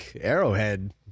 Arrowhead